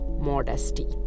Modesty